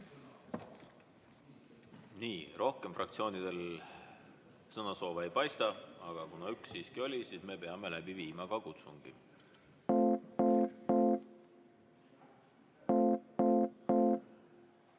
Rohkem fraktsioonide sõnasoove ei paista, aga kuna üks siiski oli, siis peame läbi viima ka kutsungi.